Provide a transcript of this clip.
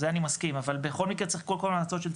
זה אני מסכים אבל בכל מקרה צריך קודם כל צוות.